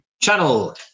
channel